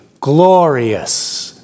glorious